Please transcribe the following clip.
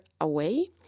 away